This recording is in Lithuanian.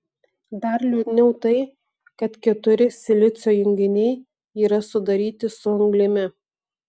dar liūdniau tai kad keturi silicio junginiai yra sudaryti su anglimi